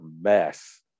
mess